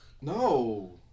No